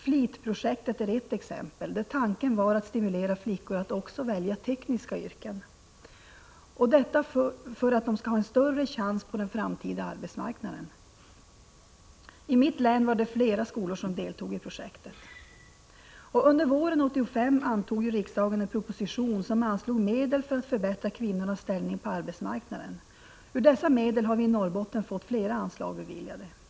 FLIT-projektet är ett exempel, där tanken var att stimulera flickor att också välja tekniska yrken, för att de skall ha en större chans på den framtida arbetsmarknaden. I mitt län var det flera skolor som deltog i projektet. Under våren 1985 anslog riksdagen, enligt förslag i en proposition, medel för att förbättra kvinnors ställning på arbetsmarknaden. Ur dessa medel har vi i Norrbotten fått flera anslag beviljade.